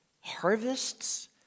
harvests